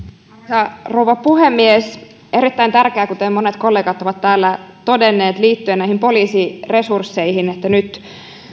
arvoisa rouva puhemies olisi erittäin tärkeää kuten monet kollegat ovat täällä todenneet liittyen poliisiresursseihin että nyt